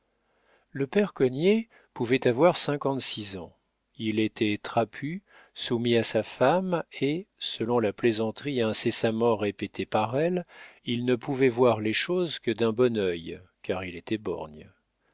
le père cognet pouvait avoir cinquante-six ans il était trapu soumis à sa femme et selon la plaisanterie incessamment répétée par elle il ne pouvait voir les choses que d'un bon œil car il était borgne